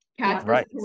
Right